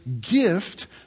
gift